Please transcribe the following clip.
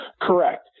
Correct